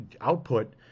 output